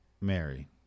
Mary